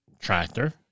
tractor